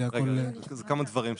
אלה כמה דברים שונים.